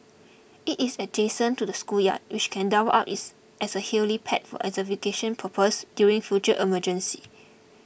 it is adjacent to the schoolyard which can double up is as a helipad for evacuation purposes during future emergencies